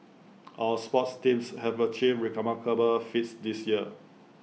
our sports teams have achieved remarkable feats this year